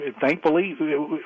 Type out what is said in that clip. thankfully